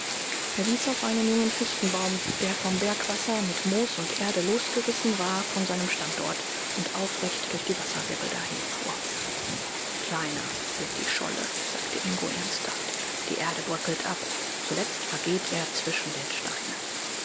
er wies auf einen jungen fichtenbaum der vom bergwasser mit moos und erde losgerissen war von seinem standort und aufrecht durch die wasserwirbel dahinfuhr kleiner wird die scholle sagte ingo ernsthaft die erde bröckelt ab zuletzt vergeht er zwischen den steinen